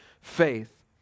faith